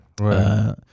right